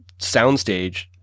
soundstage